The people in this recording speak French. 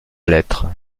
lettre